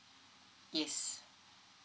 yes